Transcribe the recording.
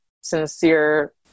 sincere